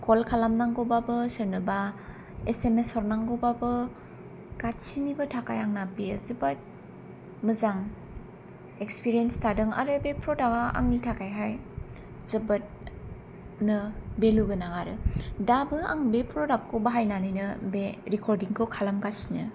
call खालामनांगौबाबो सोरनोबा S M S हरनांगौबाबो गासिनिबो थाखाय आंना बियो जोबोद मोजां एक्सपिरियेन्स थादों आरो बे प्रडाक्टा आंनि थाखायहाय जोबोरनो भेलु गोनां आरो दाबो आं बे प्रडाक्टखौ बाहायनानैनो बे रेकरडिंखौ खालामगासिनो